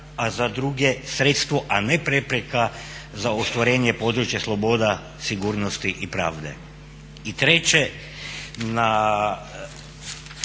a za druge sredstvo a ne prepreka za ostvarenje područja sloboda, sigurnosti i pravde. I treće, na